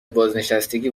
بازنشستگی